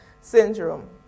syndrome